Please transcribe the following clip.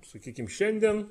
sakykim šiandien